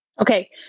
Okay